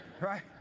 right